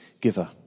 giver